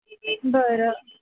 बरं